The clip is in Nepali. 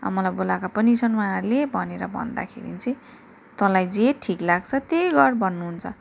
अब मलाई बोलाएको पनि छन् उहाँहरूले भनेर भन्दाखेरि चाहिँ तँलाई जे ठीक लाग्छ त्यही गर भन्नुहुन्छ